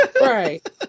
right